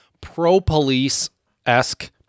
pro-police-esque